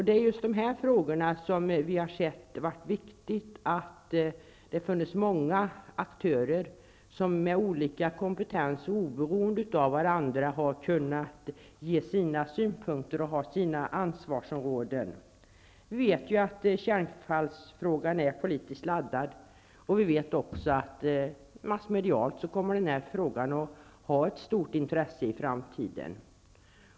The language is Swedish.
Det är i just sådana här frågor som vi har ansett det vara viktigt att det finns många aktörer med olika slag av kompetens och som oberoende av varandra kan anlägga synpunkter och har egna ansvarsområden. Vi vet ju att kärnfallsfrågan är en politiskt laddad fråga. Vi vet också att den här frågan massmedialt kommer att vara av stort intresse i framtiden.